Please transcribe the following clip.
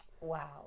Wow